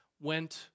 went